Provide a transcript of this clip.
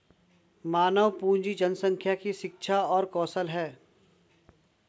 मानव पूंजी जनसंख्या की शिक्षा और कौशल है